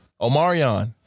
Omarion